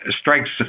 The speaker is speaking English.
strikes